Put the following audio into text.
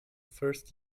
first